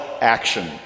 action